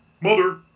Mother